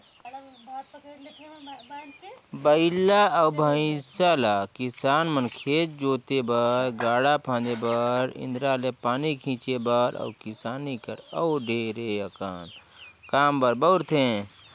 बइला अउ भंइसा ल किसान मन खेत जोते बर, गाड़ा फांदे बर, इन्दारा ले पानी घींचे बर अउ किसानी कर अउ ढेरे अकन काम बर बउरथे